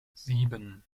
sieben